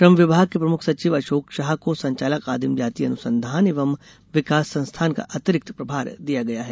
श्रम विभाग के प्रमुख सचिव अशोक शाह को संचालक आदिम जाति अनुसंधान एवं विकास संस्थान का अतिरिक्त प्रभार दिया गया है